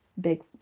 big